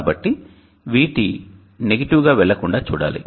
కాబట్టి VT negative గా వెళ్లకుండా చూడాలి